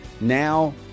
now